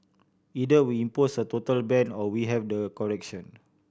either we impose a total ban or we have the correction